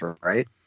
right